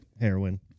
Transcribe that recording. heroin